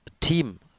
team